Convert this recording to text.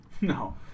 No